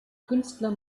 künstler